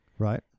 right